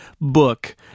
book